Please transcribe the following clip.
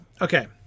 Okay